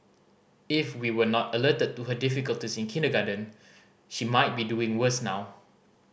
if we were not alerted to her difficulties in kindergarten she might be doing worse now